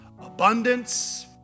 abundance